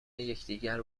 یکدیگر